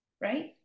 right